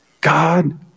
God